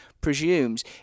presumes